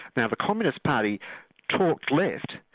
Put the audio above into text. now the communist party talked left,